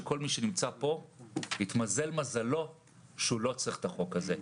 שכל מי שנמצא פה התמזל מזלו שהוא לא צריך את החוק הזה.